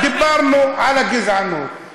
דיברנו על הגזענות.